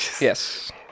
Yes